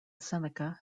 seneca